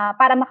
para